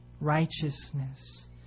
righteousness